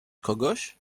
kogoś